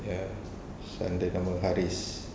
ya son dia nama harris